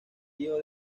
tío